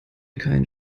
keinen